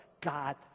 God